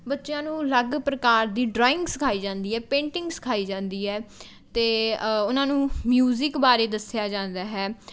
ਬੱਚਿਆਂ ਨੂੰ ਅਲੱਗ ਪ੍ਰਕਾਰ ਦੀ ਡਰਾਇੰਗ ਸਿਖਾਈ ਜਾਂਦੀ ਹੈ ਪੇਟਿੰਗ ਸਿਖਾਈ ਜਾਂਦੀ ਹੈ ਅਤੇ ਉਨ੍ਹਾਂ ਨੂੰ ਮਿਊਜ਼ਿਕ ਬਾਰੇ ਦੱਸਿਆ ਜਾਂਦਾ ਹੈ